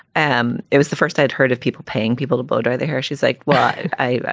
um it was the first i'd heard of people paying people to vote or their hair. she's like, why? i.